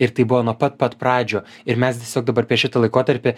ir taip buvo nuo pat pat pradžių ir mes tiesiog dabar per šitą laikotarpį